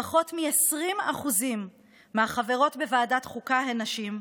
פחות מ-20% מהחברים בוועדת החוקה הם נשים,